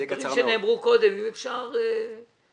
דברים שנאמרו קודם, אם אפשר לא לחזור עליהם.